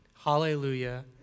Hallelujah